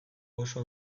oso